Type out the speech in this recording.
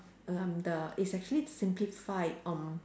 err um the it's actually simplified um